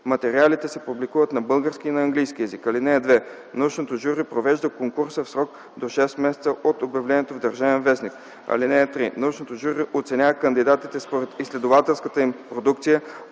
Материалите се публикуват на български и на английски език. (2) Научното жури провежда конкурса в срок до шест месеца от обявлението в „Държавен вестник”. (3) Научното жури оценява кандидатите според изследователската им продукция,